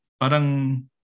Parang